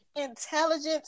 intelligence